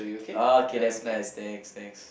ah okay that's nice thanks thanks